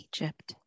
Egypt